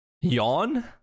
Yawn